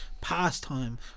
pastime